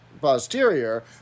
posterior